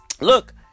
look